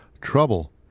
trouble